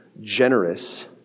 generous